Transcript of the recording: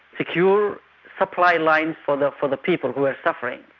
secure supply lines for the for the people who were suffering.